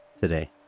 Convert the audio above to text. today